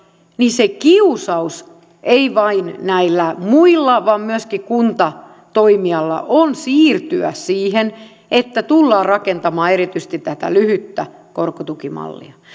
niin se kiusaus ei vain näillä muilla vaan myöskin kuntatoimijalla on siirtyä siihen että tullaan rakentamaan erityisesti tätä lyhyttä korkotukimallia